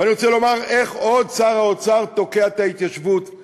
ואני רוצה לומר איך עוד שר האוצר תוקע את ההתיישבות,